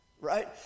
Right